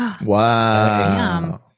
Wow